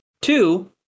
Two